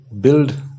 build